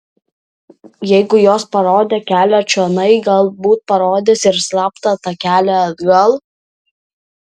jeigu jos parodė kelią čionai galbūt parodys ir slaptą takelį atgal